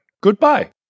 goodbye